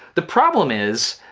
the problem is,